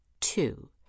Two